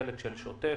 חלק של שוטף,